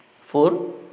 four